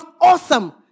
awesome